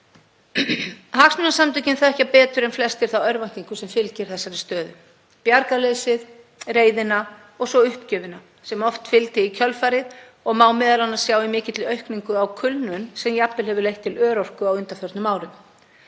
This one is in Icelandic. Hagsmunasamtökin þekkja betur en flestir þá örvæntingu sem fylgir þessari stöðu, bjargarleysið, reiðina og svo uppgjöfina sem oft fylgdi í kjölfarið og má m.a. sjá í mikilli aukningu á kulnun sem jafnvel hefur leitt til örorku á undanförnum árum.